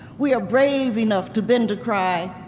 we are brave enough to bend to cry,